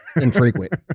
infrequent